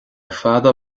fada